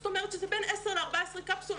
זאת אומרת שזה בין עשר ל-14 קפסולות.